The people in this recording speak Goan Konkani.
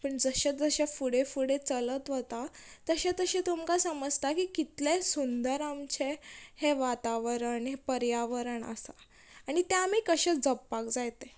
पूण जशें जशें फुडें फुडें चलत वता तशें तशें तुमकां समजता की कितलें सुंदर आमचें हें वातावरण हें पर्यावरण आसा आनी तें आमी कशें जप्पाक जाय तें